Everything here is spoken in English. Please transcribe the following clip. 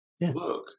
work